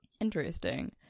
Interesting